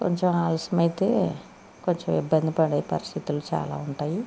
కొంచెం ఆలస్యం అయితే కొంచెం ఇబ్బంది పడే పరిస్థితులు చాలా ఉంటాయి